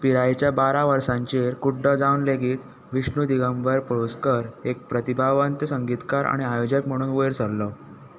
पिरायेच्या बारा वर्सांचेर कुड्डो जावन लेगीत विष्णू दिगंबर पळुस्कर एक प्रतिभावंत संगीतकार आनी आयोजक म्हणून वयर सरलो